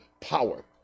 power